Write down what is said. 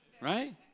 right